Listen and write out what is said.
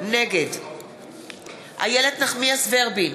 נגד איילת נחמיאס ורבין,